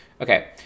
Okay